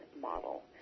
model